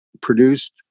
produced